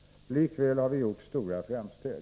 Likväl har vi gjort stora framsteg.